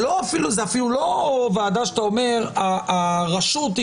זו אפילו לא ועדה שתגיד עליה שהרשות היא